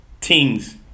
teens